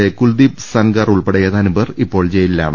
A Kuldeep Sengar ഉൾപ്പെടെ ഏതാനുംപേർ ഇപ്പോൾ ജയിലിലാണ്